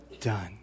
done